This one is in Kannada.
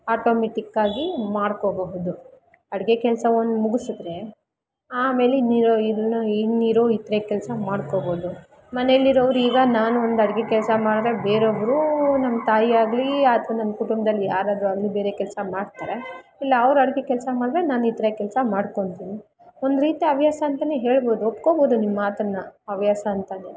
ಆಟೋಮೆಟಿಕ್ಕಾಗಿ ಮಾಡ್ಕೊಬಹುದು ಅಡಿಗೆ ಕೆಲಸ ಒಂದು ಮುಗುಸಿದ್ರೆ ಆಮೇಲೆ ಇನ್ನಿರೋ ಇದನ್ನು ಇನ್ನಿರೋ ಇತರೆ ಕೆಲಸ ಮಾಡ್ಕೊಬೋದು ಮನೆಯಲ್ಲಿರೋರು ಈಗ ನಾನು ಒಂದು ಅಡಿಗೆ ಕೆಲಸ ಮಾಡಿದ್ರೆ ಬೇರೊಬ್ರು ನಮ್ಮ ತಾಯಿಯಾಗಲಿ ಅಥ್ವಾ ನಮ್ಮ ಕುಟುಂಬ್ದಲ್ಲಿ ಯಾರಾದರೂ ಆಗಲಿ ಬೇರೆ ಕೆಲಸ ಮಾಡ್ತಾರೆ ಇಲ್ಲ ಅವ್ರು ಅಡಿಗೆ ಕೆಲಸ ಮಾಡಿದ್ರೆ ನಾನು ಇತರೆ ಕೆಲಸ ಮಾಡ್ಕೊಂತೀನಿ ಒಂದು ರೀತಿ ಹವ್ಯಾಸ ಅಂತ ಹೇಳ್ಬೋದು ಒಪ್ಕೋಬೋದು ನಿಮ್ಮ ಮಾತನ್ನು ಹವ್ಯಾಸ ಅಂತ